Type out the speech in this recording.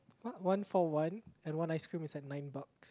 what one for one and one ice cream is like nine buck